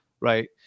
right